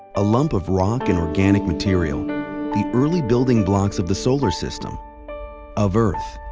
a lump of rock and organic material the early building blocks of the solar system of earth,